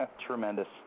Tremendous